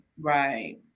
Right